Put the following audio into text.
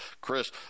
Chris